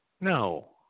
No